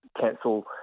cancel